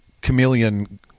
chameleon